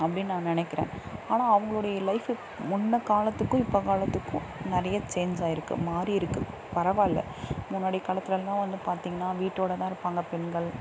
அப்படின்னு நான் நினைக்கிறேன் ஆனால் அவங்களுடைய லைஃப்பு முன்னே காலத்துக்கும் இப்போ காலத்துக்கும் நிறைய சேஞ்ச் ஆயிருக்கு மாறி இருக்குது பரவாயில்ல முன்னாடி காலத்துலெலாம் வந்து பார்த்திங்கன்னா வீட்டோட தான் இருப்பாங்க பெண்கள்